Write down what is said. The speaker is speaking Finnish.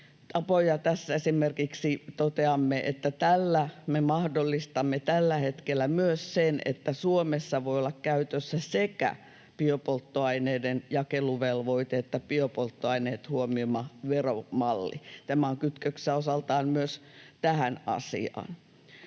Tässä esimerkiksi toteamme, että tällä me mahdollistamme tällä hetkellä myös sen, että Suomessa voi olla käytössä sekä biopolttoaineiden jakeluvelvoite että biopolttoaineet huomioiva veromalli. Tämä on kytköksessä osaltaan myös tähän asiaan.